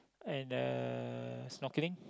and uh snorkeling